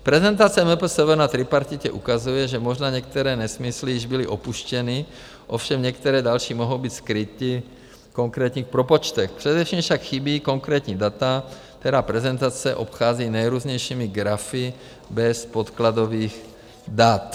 Prezentace MPSV na tripartitě ukazuje, že možná některé nesmysly již byly opuštěny, ovšem některé další mohou být skryty v konkrétních propočtech, především však chybí konkrétní data, která prezentace obchází nejrůznějšími grafy bez podkladových dat.